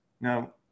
Now